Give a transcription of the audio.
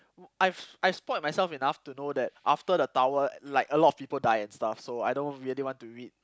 I've I've spoilt myself enough to know that after the tower like a lot of people died and stuff so I don't really want to read